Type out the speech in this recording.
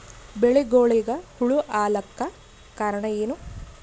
ಬೆಳಿಗೊಳಿಗ ಹುಳ ಆಲಕ್ಕ ಕಾರಣಯೇನು?